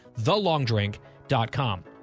TheLongDrink.com